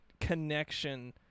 connection